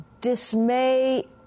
dismay